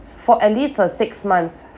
for at least uh six months